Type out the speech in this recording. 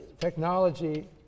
technology